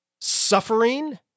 suffering